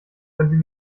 können